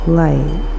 light